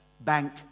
Bank